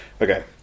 Okay